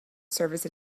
service